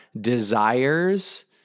desires